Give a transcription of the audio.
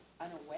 unaware